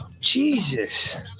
jesus